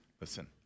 Listen